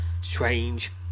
strange